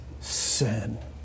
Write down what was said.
sin